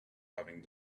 having